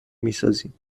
میسازیم